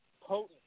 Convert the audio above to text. potent